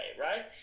right